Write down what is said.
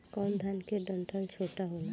कौन धान के डंठल छोटा होला?